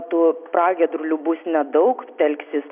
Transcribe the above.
tų pragiedrulių bus nedaug telksis